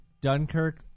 Dunkirk